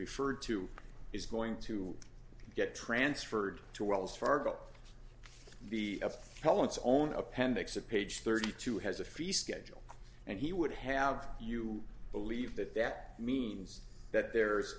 referred to is going to get transferred to wells fargo the tell its own appendix of page thirty two has a few schedule and he would have you believe that that means that there